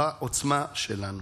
בעוצמה שלנו.